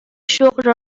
شغل